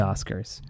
Oscars